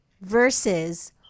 versus